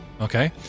Okay